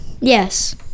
Yes